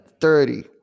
thirty